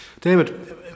David